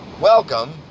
welcome